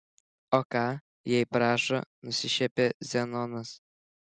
o ką jei prašo nusišiepia zenonas